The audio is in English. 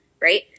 right